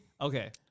okay